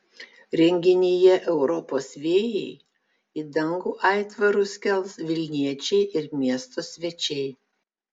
renginyje europos vėjai į dangų aitvarus kels vilniečiai ir miesto svečiai